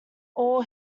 all